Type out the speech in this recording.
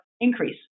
increase